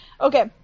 Okay